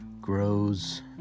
grows